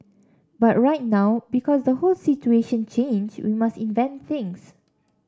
but right now because the whole situation change we must invent things